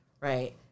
right